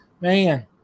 man